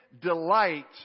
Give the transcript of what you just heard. delight